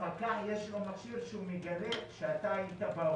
הפקח יש לו מכשיר שהוא מגלה שאתה היית באוטו.